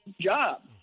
job